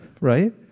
Right